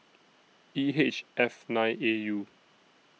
E H F nine A U